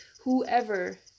whoever